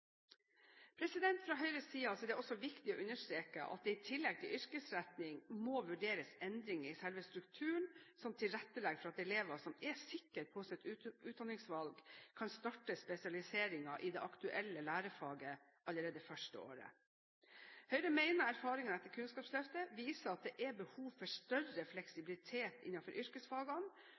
Fra Høyres side er det også viktig å understreke at det i tillegg til yrkesretting må vurderes endringer i selve strukturen som tilrettelegger for at elever som er sikre på sitt utdanningsvalg, kan starte spesialiseringen i det aktuelle lærefaget allerede det første året. Høyre mener erfaringene etter Kunnskapsløftet viser at det er behov for større fleksibilitet innenfor yrkesfagene,